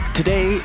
today